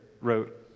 wrote